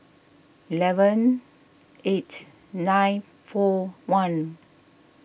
eleven eight nine four one